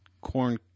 corn